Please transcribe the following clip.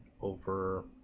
over